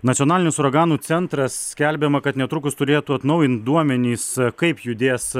nacionalinis uraganų centras skelbiama kad netrukus turėtų atnaujint duomenys kaip judės